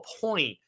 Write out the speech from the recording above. point